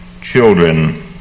children